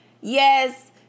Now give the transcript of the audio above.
Yes